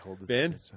Ben